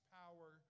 power